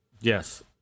Yes